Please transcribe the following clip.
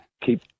keep